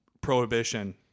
prohibition